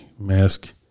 mask